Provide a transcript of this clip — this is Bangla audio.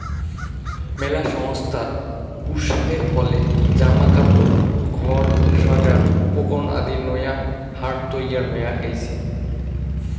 মেলা সংস্থার উৎসাহের ফলে জামা কাপড়, ঘর সাজার উপকরণ আদির নয়া হাট তৈয়ার হয়া গেইচে